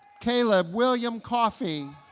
caleb william coffey